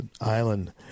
Island